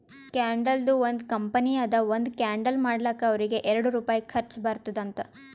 ಕ್ಯಾಂಡಲ್ದು ಒಂದ್ ಕಂಪನಿ ಅದಾ ಒಂದ್ ಕ್ಯಾಂಡಲ್ ಮಾಡ್ಲಕ್ ಅವ್ರಿಗ ಎರಡು ರುಪಾಯಿ ಖರ್ಚಾ ಬರ್ತುದ್ ಅಂತ್